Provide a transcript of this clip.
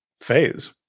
phase